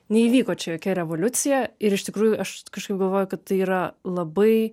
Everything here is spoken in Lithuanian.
neįvyko čia jokia revoliucija ir iš tikrųjų aš kažkaip galvoju kad tai yra labai